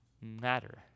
matter